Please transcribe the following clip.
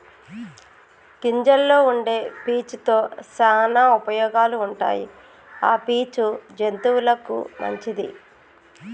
గింజల్లో వుండే పీచు తో శానా ఉపయోగాలు ఉంటాయి ఆ పీచు జంతువులకు మంచిది